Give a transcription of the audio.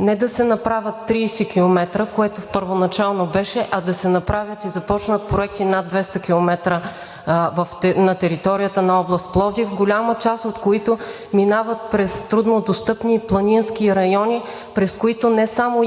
не да се направят 30 км, което първоначално беше, а да се направят и започнат проекти за над 200 км на територията на област Пловдив, голяма част от които минават през труднодостъпни и планински райони, през които не само